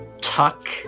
tuck